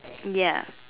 ya